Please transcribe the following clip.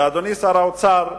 ואדוני שר האוצר,